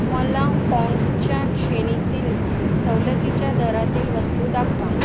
मला पाँड्सच्या श्रेणीतील सवलतीच्या दरातील वस्तू दाखवा